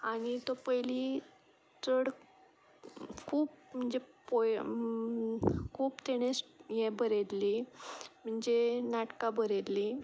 आनी तो पयलीं चड खूब म्हणजे पोएम खूब ताणे हे बरयल्ली म्हणजे नाटकां बरयल्लीं